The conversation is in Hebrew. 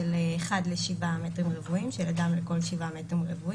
של אדם אחד לכל 7 מ"ר,